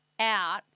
out